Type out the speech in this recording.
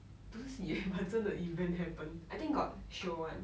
不是戏 eh but 真的 event happen I think got show [one]